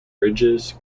bridges